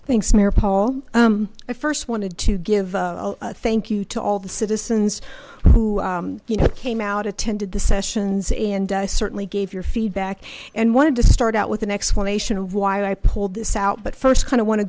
thanks mayor paul i first wanted to give a thank you to all the citizens who you know came out attended the sessions and i certainly gave your feedback and wanted to start out with an explanation of why i pulled this out but first kind of want to